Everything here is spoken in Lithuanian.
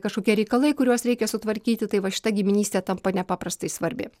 kažkokie reikalai kuriuos reikia sutvarkyti tai va šita giminystė tampa nepaprastai svarbi